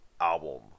album